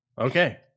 Okay